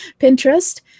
Pinterest